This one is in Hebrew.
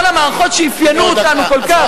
כל המערכות שאפיינו אותנו כל כך,